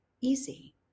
easy